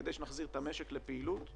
כדי שנחזיר את המשק לפעילות,